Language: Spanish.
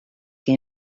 que